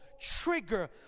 trigger